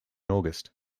august